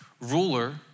ruler